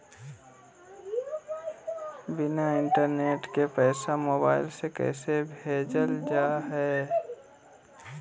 बिना इंटरनेट के पैसा मोबाइल से कैसे भेजल जा है?